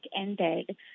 ended